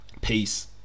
peace